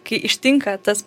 kai ištinka tas